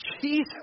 Jesus